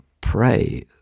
pray